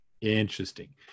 Interesting